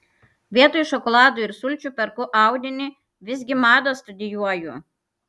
vietoj šokolado ir sulčių perku audinį visgi madą studijuoju